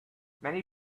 many